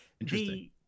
interesting